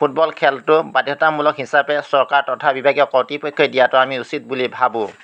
football খেলটো বাধ্যতামূলক হিচাপে চৰকাৰ তথা বিভাগীয় কৰ্তৃপক্ষই দিয়াটো আমি উচিত বুলি ভাবোঁ